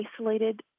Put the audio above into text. isolated